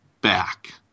back